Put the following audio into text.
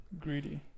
greedy